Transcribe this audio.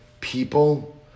people